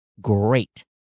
great